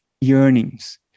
yearnings